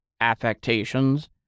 affectations